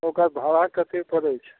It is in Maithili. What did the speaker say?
ओकर भाड़ा कतेक पड़ैत छै